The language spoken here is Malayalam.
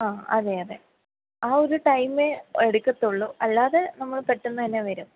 ആ അതെ അതെ ആ ഒരു ടൈം എടുക്കത്തുള്ളൂ അല്ലാതെ നമ്മൾ പെട്ടെന്ന് തന്നെ വരും